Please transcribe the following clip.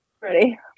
Ready